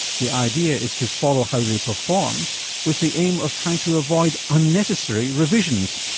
the idea is to follow how they perform with the aim of trying to avoid unnecessary revisions,